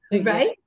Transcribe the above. Right